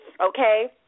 okay